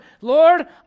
Lord